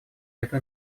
эту